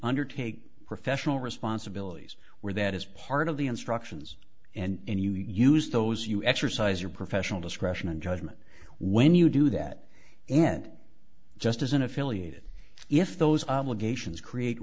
undertake professional responsibilities where that is part of the instructions and you use those you exercise your professional discretion and judgment when you do that and just as unaffiliated if those obligations create